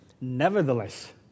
Nevertheless